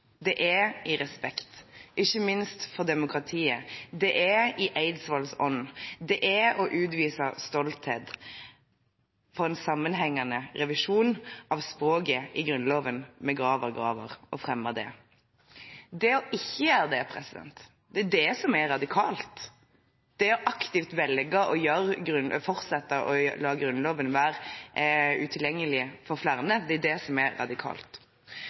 det er ikke minst i respekt for demokratiet, det er i Eidsvolls ånd, det er å utvise stolthet for en sammenhengende revisjon av språket i Grunnloven med Graver–Graver-versjonen og fremmer det. Det å ikke gjøre det, det er det som er radikalt. Det å aktivt velge å fortsette å la Grunnloven være utilgjengelig for flere, det er det som er radikalt.